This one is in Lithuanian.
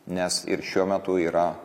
nes ir šiuo metu yra